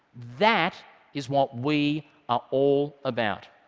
that is what we are all about.